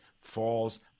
falls